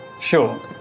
Sure